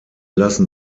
lassen